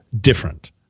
different